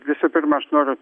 visų pirma aš noriu